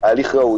הליך ראוי,